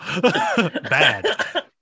bad